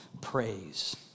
Praise